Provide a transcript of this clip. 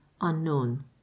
unknown